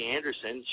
Anderson